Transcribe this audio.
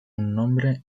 nombre